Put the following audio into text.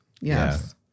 Yes